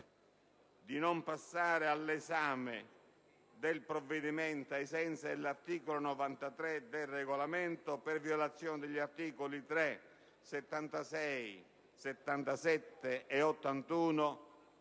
il non passaggio all'esame del provvedimento, ai sensi dell'articolo 93 del Regolamento, per violazione degli articoli 3, 76, 77 e 81